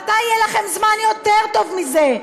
מתי יהיה לכם זמן יותר טוב מזה?